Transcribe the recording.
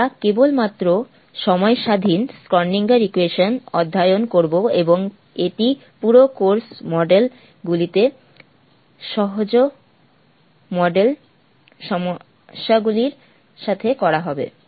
আমরা কেবল মাত্র সময় স্বাধীন স্ক্রন্ডিঙ্গার ইকুয়েশন অধ্যয়ন করব এবং এটি পুরো কোর্স মডেল গুলিতে সহজ মডেল সমস্যাগুলির সাথে করা হবে